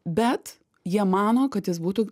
bet jie mano kad jis būtų